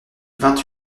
vingt